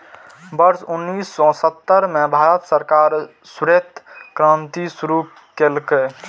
वर्ष उन्नेस सय सत्तर मे भारत सरकार श्वेत क्रांति शुरू केलकै